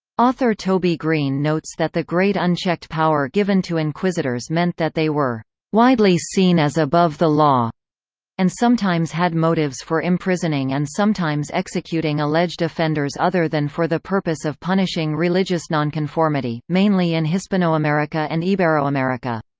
author toby green notes that the great unchecked power given to inquisitors meant that they were widely seen as above the law and sometimes had motives for imprisoning and sometimes executing alleged offenders other than for the purpose of punishing religious nonconformity, mainly in hispanoamerica hispanoamerica and iberoamerica.